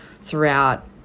throughout